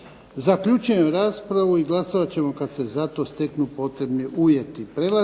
Zaključujem raspravu. Glasovat ćemo kad se za to steknu potrebni uvjeti.